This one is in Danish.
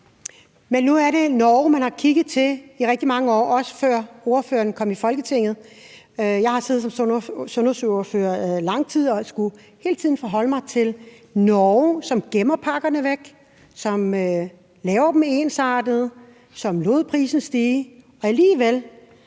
Men nu er det Norge, man har kigget til i rigtig mange år – også før ordføreren kom i Folketinget. Jeg har siddet som sundhedsordfører i lang tid og har hele tiden skullet forholde mig til Norge, som gemmer pakkerne væk, som laver dem ensartet, som lod prisen stige. Alligevel